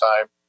time